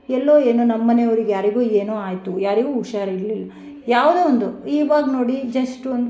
ಎಲ್ಲೋ ಏನೋ ನಮ್ಮ ಮನೆಯವ್ರಿಗೆ ಯಾರಿಗೋ ಏನೋ ಆಯಿತು ಯಾರಿಗೋ ಹುಷಾರಿರ್ಲಿಲ್ಲ ಯಾವುದೇ ಒಂದು ಇವಾಗ ನೋಡಿ ಜಸ್ಟ್ ಒಂದು